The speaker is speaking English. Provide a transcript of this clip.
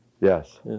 Yes